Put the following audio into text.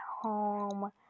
home